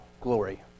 glory